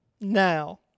now